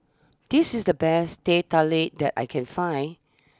this is the best Teh Tarik that I can find